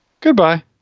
Goodbye